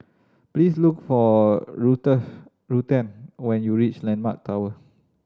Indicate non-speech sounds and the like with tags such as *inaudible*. please look for *unintelligible* Ruthanne when you reach Landmark Tower